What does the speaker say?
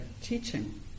teaching